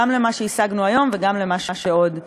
גם למה שהשגנו היום וגם למה שעוד יושג.